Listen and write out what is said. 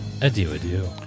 adieu-adieu